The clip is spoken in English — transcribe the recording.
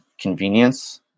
convenience